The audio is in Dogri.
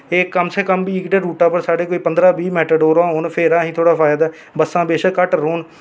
ते एह् साढ़े रूटा पर कम से कम पंदरां बीह् मैटाडोरां होन ते असेंगी फिर फायदा ऐ बस्सां चाहे घट्ट रौह्न